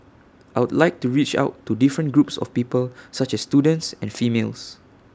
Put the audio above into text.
I would like to reach out to different groups of people such as students and females